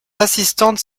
assistante